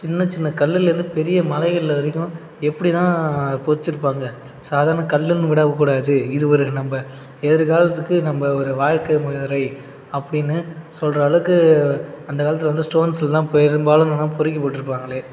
சின்ன சின்ன கல்லுலேருந்து பெரிய மலைகள் வரைக்கும் எப்படிதான் பொறிச்சுருப்பாங்க சாதாரண கல்லுன்னு விடக்கூடாது இது ஒரு நம்ப எதிர்காலத்துக்கு நம்ப ஒரு வாழ்க்கை முறை அப்படின்னு சொல்கிற அளவுக்கு அந்த காலத்தில் வந்து ஸ்டோன்ஸில் தான் பெரும்பாலும் பொறிக்கப்பட்டிருப்பாங்களே